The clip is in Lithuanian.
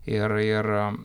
ir ir